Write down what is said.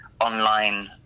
online